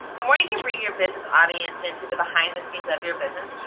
the more you can bring your business audience into the behind-the-scenes of your business,